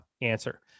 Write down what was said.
answer